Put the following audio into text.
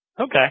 Okay